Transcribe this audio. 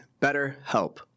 BetterHelp